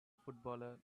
footballer